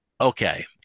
okay